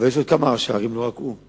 אבל יש עוד כמה ראשי ערים, לא רק הוא,